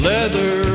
Leather